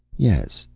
yes,